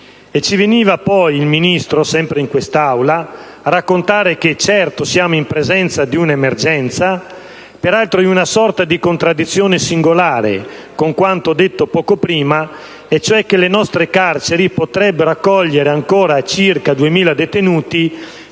poi venuto a raccontare, sempre in quest'Aula, che «certo siamo in presenza di una emergenza», peraltro in una sorta di contraddizione singolare con quanto detto poco prima, e cioè che le nostre carceri potrebbero accogliere ancora circa 2.000 detenuti